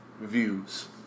Views